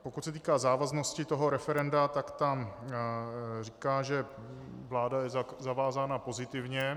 Pokud se týká závaznosti referenda, tak tam říká, že vláda je zavázána pozitivně.